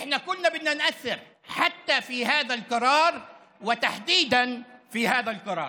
כולנו משפיעים אפילו בהחלטה הזו ובעיקר בהחלטה הזו.